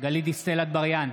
גלית דיסטל אטבריאן,